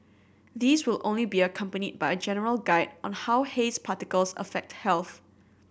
these will only be accompanied by a general guide on how haze particles affect health